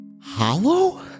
Hollow